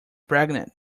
pregnant